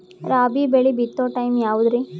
ರಾಬಿ ಬೆಳಿ ಬಿತ್ತೋ ಟೈಮ್ ಯಾವದ್ರಿ?